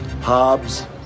hobbs